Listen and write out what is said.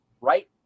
right